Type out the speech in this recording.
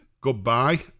goodbye